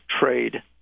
trade